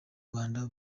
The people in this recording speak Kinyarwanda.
rwanda